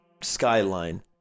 skyline